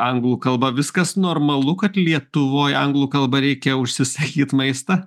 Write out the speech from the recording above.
anglų kalba viskas normalu kad lietuvoj anglų kalba reikia užsisakyt maistą